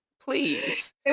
please